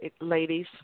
ladies